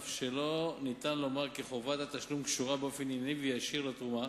אף שלא ניתן לומר כי חובת התשלום קשורה באופן ענייני וישיר לתרומה,